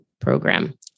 program